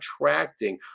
attracting